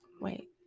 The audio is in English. Wait